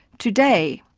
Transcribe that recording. today,